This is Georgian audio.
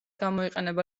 გამოიყენება